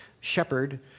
shepherd